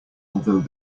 although